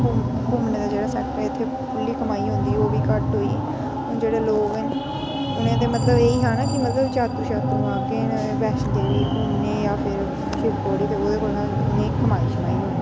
घूमने दे जेह्ड़े इत्थै साढ़े ताईं जेह्ड़ी इत्थै खुल्ली कमाई होंदी ही ओह् बी घट्ट होई हून जेह्ड़े लोक हैन उ'नें ते मतलब ऐही हा ना के मतलब जातरू शातरू आङन वैश्णो देवी घूमने ते जां फिर शिवखोड़ी ते ओहदे कोला उ'नें कमाई शमाई होंदी ही